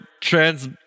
trans